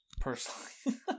personally